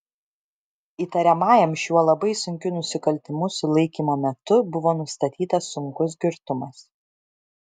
įtariamajam šiuo labai sunkiu nusikaltimu sulaikymo metu buvo nustatytas sunkus girtumas